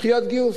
דחיית גיוס,